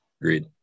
Agreed